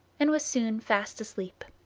and was soon fast asleep.